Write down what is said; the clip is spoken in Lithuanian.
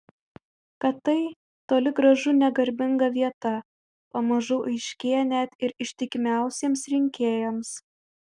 kad tai toli gražu ne garbinga vieta pamažu aiškėja net ir ištikimiausiems rinkėjams